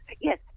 yes